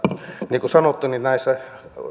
niin kuin sanottu näissä